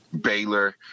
Baylor